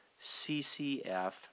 CCF